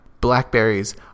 Blackberries